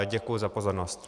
Děkuji za pozornost.